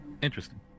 Interesting